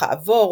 וכעבור